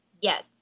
Yes